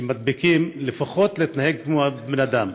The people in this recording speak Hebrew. שמדביקים, לפחות להתנהג כמו בני אדם.